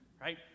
right